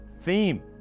theme